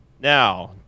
Now